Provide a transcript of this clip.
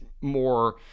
more